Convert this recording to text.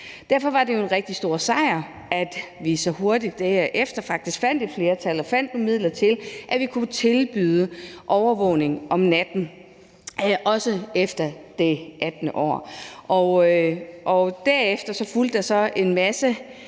Derfor var det jo en rigtig stor sejr, at vi så hurtigt derefter faktisk fandt et flertal og fandt nogle midler til, at vi kunne tilbyde overvågning om natten også efter det 18. år. Derefter fulgte en masse